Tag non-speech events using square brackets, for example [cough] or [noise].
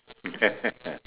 [laughs]